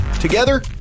Together